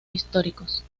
históricos